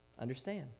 Understand